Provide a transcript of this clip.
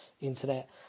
internet